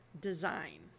design